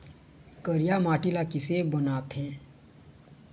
करिया माटी ला किसे बनाथे?